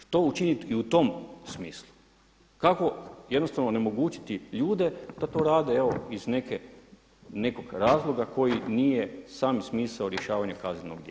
Što učiniti i u tom smislu, kako jednostavno onemogućiti ljude da to rade evo iz nekog razloga koji nije sami smisao rješavanja kaznenog dijela?